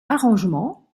arrangements